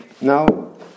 now